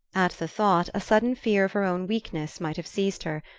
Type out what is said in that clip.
at the thought, a sudden fear of her own weakness might have seized her,